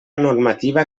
normativa